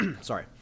Sorry